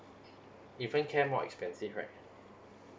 infant care more expensive right